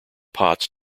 pots